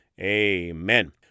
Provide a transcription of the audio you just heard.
amen